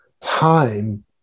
time